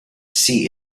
see